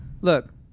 look